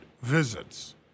visits